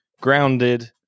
grounded